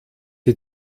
die